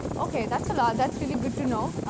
ok, that's a lot. that's really good to know.